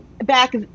back